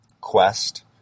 quest